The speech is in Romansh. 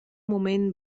mument